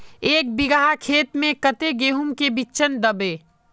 एक बिगहा खेत में कते गेहूम के बिचन दबे?